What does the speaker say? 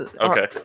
Okay